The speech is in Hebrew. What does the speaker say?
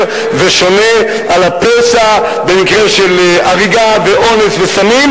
ושונה על הפשע במקרה של הריגה ואונס וסמים,